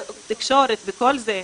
תקשורת וכל זה.